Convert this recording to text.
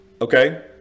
okay